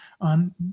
on